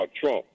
Trump